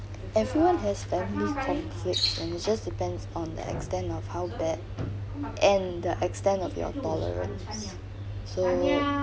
everyone has family conflicts and it just depends on the extent of how bad and the extent of your tolerance so